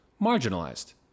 marginalized